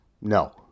no